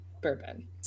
bourbon